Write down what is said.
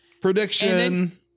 Prediction